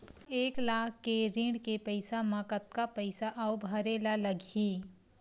एक लाख के ऋण के पईसा म कतका पईसा आऊ भरे ला लगही?